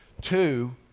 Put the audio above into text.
Two